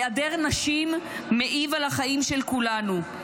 היעדר נשים מעיב על החיים של כולנו,